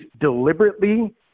deliberately